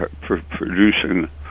producing